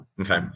Okay